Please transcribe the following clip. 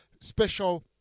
special